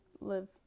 Live